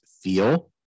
feel